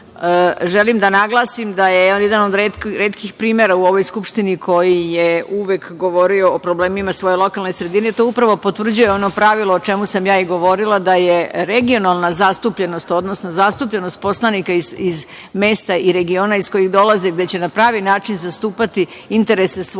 želim da naglasim da je jedan od retkih primera u ovoj Skupštini koji je uvek govorio o problemima svoje lokalne sredine. To upravo potvrđuje ono pravilo, o čemu sam ja i govorila, da je regionalna zastupljenost, odnosno zastupljenost poslanika iz mesta i regiona iz kojih dolaze, gde će na pravi način zastupati interese svojih